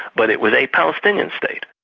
but it was a palestinian state.